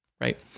Right